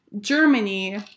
Germany